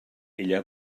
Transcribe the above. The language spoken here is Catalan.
ella